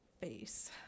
face